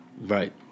right